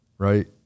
right